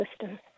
system